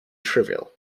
trivial